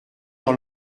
dans